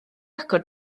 agor